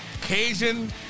Cajun